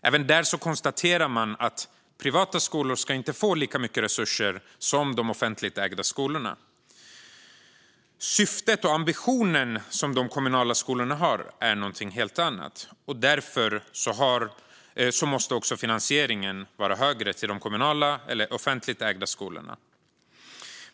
Även där konstaterar man att privata skolor inte ska få lika mycket resurser som de offentligt ägda skolorna. Syftet och ambitionen som de kommunala skolorna har är någonting helt annat. Därför måste också finansieringen vara högre till de kommunala, offentligt ägda, skolorna.